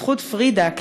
בזכות פרידה,